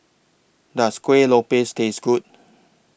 Does Kuih Lopes Taste Good